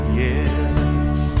yes